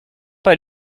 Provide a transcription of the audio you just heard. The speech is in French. pas